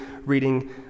reading